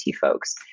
folks